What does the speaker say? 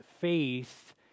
faith